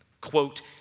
Quote